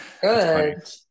good